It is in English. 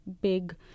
big